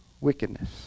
wickedness